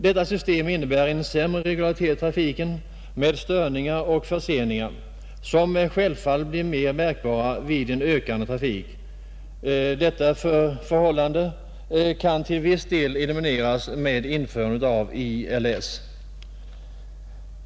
Detta system innebär en sämre regularitet i trafiken, med störningar och förseningar som självfallet blir mer märkbara vid en ökande trafik. Sådana störningar och förseningar kan till viss del elimineras genom införande av ILS.